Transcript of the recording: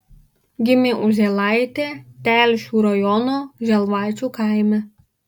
gimė uzėlaitė telšių rajono želvaičių kaime